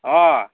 অঁ